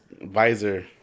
visor